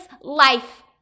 life